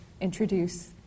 introduce